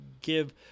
give